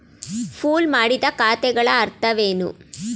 Pool ಮಾಡಿದ ಖಾತೆಗಳ ಅರ್ಥವೇನು?